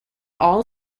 all